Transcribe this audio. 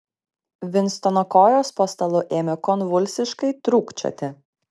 vinstono kojos po stalu ėmė konvulsiškai trūkčioti